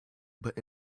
but